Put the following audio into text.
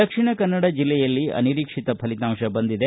ದಕ್ಷಿಣ ಕನ್ನಡ ಜಿಲ್ಲೆಯಲ್ಲಿ ಅನಿರೀಕ್ಷಿತ ಫಲಿತಾಂಶ ಬಂದಿದೆ